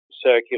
circular